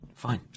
fine